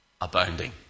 Abounding